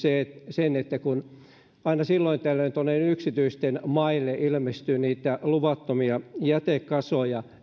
sen että kun aina silloin tällöin nimenomaan yksityisten maille ilmestyy niitä luvattomia jätekasoja